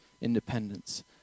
independence